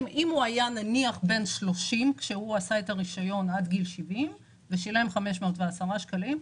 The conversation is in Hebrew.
אם הוא היה נניח בן 30 כשהוא עשה את הרישיון עד גיל 70 ושילם 510 שקלים,